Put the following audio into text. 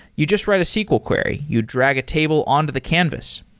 you just write a sql query. you drag a table on to the canvas.